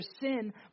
sin